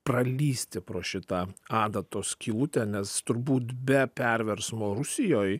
pralįsti pro šitą adatos skylutę nes turbūt be perversmo rusijoj